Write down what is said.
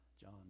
John